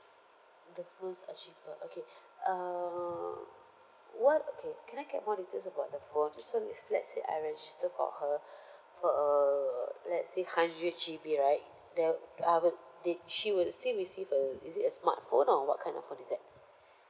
the phones are cheaper okay err what okay can I get more details about the phone so if let's say I register for her for err let's say hundred G_B right there I will they she will still receive a is it a smartphone or what kind of phone is that